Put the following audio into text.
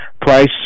price